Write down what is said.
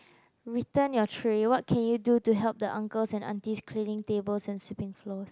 return your tray what can you do to help the uncles and aunties cleaning tables and sweeping floors